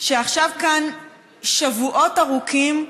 שעכשיו כאן שבועות ארוכים,